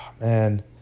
man